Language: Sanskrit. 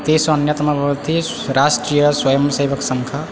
तेषु अन्यतमः भवति राष्ट्रियस्वयंसेवकसङ्घः